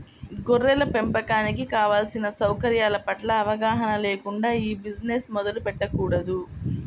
గొర్రెల పెంపకానికి కావలసిన సౌకర్యాల పట్ల అవగాహన లేకుండా ఈ బిజినెస్ మొదలు పెట్టకూడదు